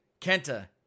Kenta